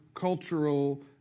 cultural